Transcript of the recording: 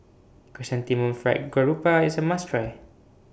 Chrysanthemum Fried Garoupa IS A must Try